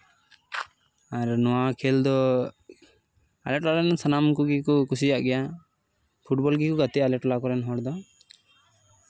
ᱟᱨ ᱱᱚᱣᱟ ᱠᱷᱮᱞ ᱫᱚ ᱟᱞᱮ ᱴᱚᱞᱟ ᱨᱮᱱ ᱥᱟᱱᱟᱢ ᱠᱚᱜᱮ ᱠᱚ ᱠᱩᱥᱤᱭᱟᱜ ᱜᱮᱭᱟ ᱯᱷᱩᱴᱵᱚᱞ ᱜᱮᱠᱚ ᱜᱟᱛᱮᱜᱼᱟ ᱟᱞᱮ ᱴᱚᱞᱟ ᱠᱚᱨᱮᱱ ᱦᱚᱲ ᱫᱚ